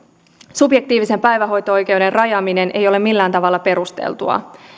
subjektiivisen päivähoito oikeuden rajaaminen ei ole millään tavalla perusteltua